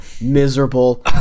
miserable